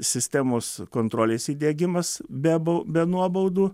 sistemos kontrolės įdiegimas be bau be nuobaudų